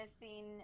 missing